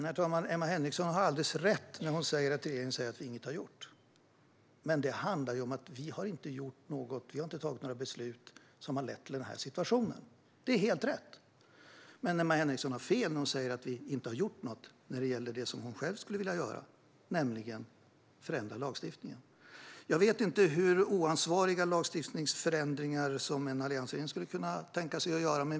Herr talman! Emma Henriksson har alldeles rätt när hon hävdar att regeringen säger att vi inget har gjort. Det handlar om att vi inte har gjort något eller tagit några beslut som har lett till denna situation. Det är helt rätt. Men Emma Henriksson har fel när hon säger att vi inte har gjort något när det gäller det som hon själv skulle vilja göra, nämligen att förändra lagstiftningen. Jag vet inte hur oansvariga lagstiftningsförändringar en alliansregering skulle kunna tänka sig att göra.